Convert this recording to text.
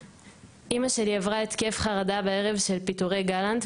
"אימא שלי עברה התקף חרדה בערב של פיטורי גלנט,